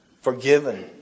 Forgiven